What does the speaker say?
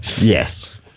yes